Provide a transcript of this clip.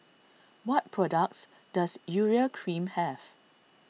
what products does Urea Cream have